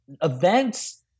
events